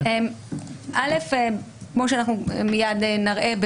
כמו שמיד נראה,